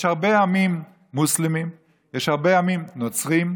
יש הרבה עמים מוסלמים, יש הרבה עמים נוצרים,